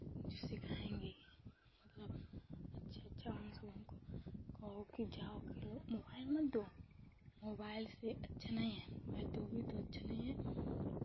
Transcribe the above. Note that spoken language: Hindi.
जो सिखाएँगे मतलब अच्छा अच्छा उन सबों को कहो कि जाओ खेलो मोबाइल मत दो मोबाइल से अच्छा नहीं है मोबाइल दोगी तो अच्छा नहीं है